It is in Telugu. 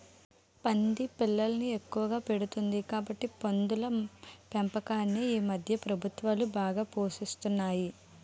పంది పిల్లల్ని ఎక్కువగా పెడుతుంది కాబట్టి పందుల పెంపకాన్ని ఈమధ్య ప్రభుత్వాలు బాగా ప్రోత్సహిస్తున్నాయి